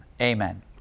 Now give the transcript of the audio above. amen